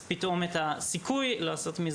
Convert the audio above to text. לא למזלנו אנחנו לא יכולים לעשות את זה